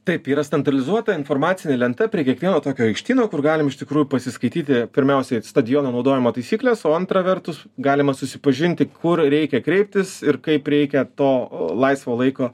taip yra stentalizuota informacinė lenta prie kiekvieno tokio aikštyno kur galim iš tikrųjų pasiskaityti pirmiausiai stadiono naudojimo taisykles o antra vertus galima susipažinti kur reikia kreiptis ir kaip reikia to laisvo laiko